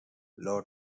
low